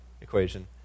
equation